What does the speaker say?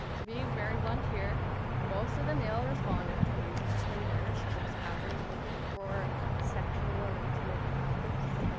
to be very blunt here, most of the male respondents, when using tinder because it was casual, were looking for sexual or intimate encounters.